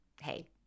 Hey